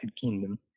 Kingdom